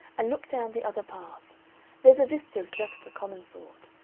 and look down the other path there's a vista of just the common sort.